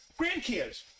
grandkids